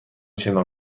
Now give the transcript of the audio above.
شنا